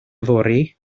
yfory